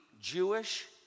Jewish